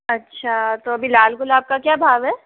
अच्छा तो अभी लाल गुलाब का क्या भाव है